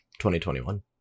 2021